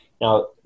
Now